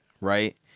right